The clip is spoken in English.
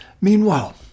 Meanwhile